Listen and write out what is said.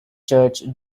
church